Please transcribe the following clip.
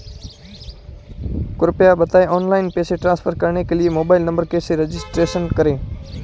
कृपया बताएं ऑनलाइन पैसे ट्रांसफर करने के लिए मोबाइल नंबर कैसे रजिस्टर करें?